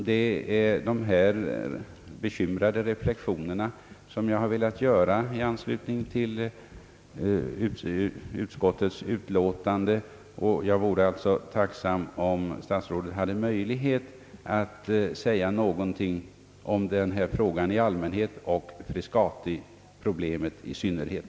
Det är dessa bekymrade reflexioner som jag har velat göra i anslutning till utskottets utlåtande, och jag vore tacksam om statsrådet hade möjlighet att säga någonting om den här frågan i allmänhet och frescatiproblemet i synnerhet.